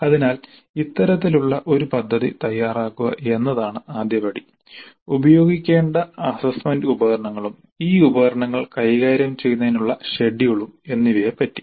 അതിനാൽ ഇത്തരത്തിലുള്ള ഒരു പദ്ധതി തയ്യാറാക്കുക എന്നതാണ് ആദ്യപടി ഉപയോഗിക്കേണ്ട അസ്സസ്സ്മെന്റ് ഉപകരണങ്ങളും ഈ ഉപകരണങ്ങൾ കൈകാര്യം ചെയ്യുന്നതിനുള്ള ഷെഡ്യൂളും എന്നിവയെ പറ്റി